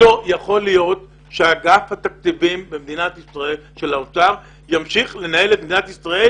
לא יכול להיות שאגף התקציבים במשרד האוצר במדינת ישראל